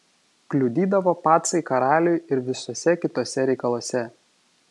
kliudydavo pacai karaliui ir visuose kituose reikaluose